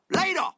Later